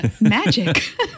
magic